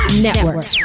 Network